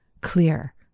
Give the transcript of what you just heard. clear